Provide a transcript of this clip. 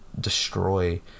destroy